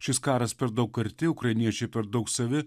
šis karas per daug arti ukrainiečiai per daug savi